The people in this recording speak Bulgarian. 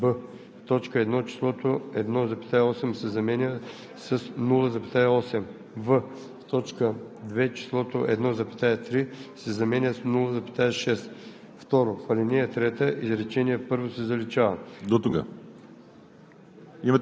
Месечното възнаграждение се увеличава с коефициент спрямо базата, както следва: б) в т. 1 числото „1,8“ се заменя с „0,8“. в) в т. 2 числото „1,3“ се заменя с „0,6“.